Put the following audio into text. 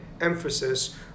emphasis